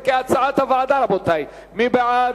5,